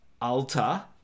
alta